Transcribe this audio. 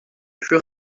plus